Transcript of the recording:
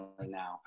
now